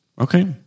Okay